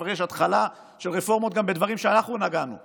כבר יש ההתחלה של רפורמות גם בדברים שאנחנו נגענו בהם,